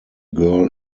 girl